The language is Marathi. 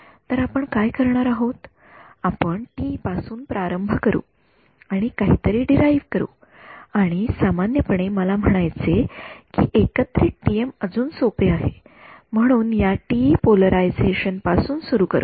तर आपण काय करणार आहोत आपण टीई पासून प्रारंभ करू आणि काहीतरी डिराइव्ह करू आणि सामान्यपणे मला म्हणायचे कि एकत्रित टीएम अजून सोपे आहे म्हणून या टीई पोलरायझेशन पासून सुरू करू